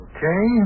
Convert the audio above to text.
Okay